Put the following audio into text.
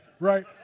right